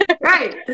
Right